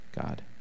God